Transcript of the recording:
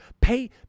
pay